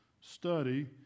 study